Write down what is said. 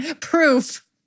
proof